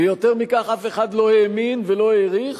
ויותר מכך, אף אחד לא האמין ולא העריך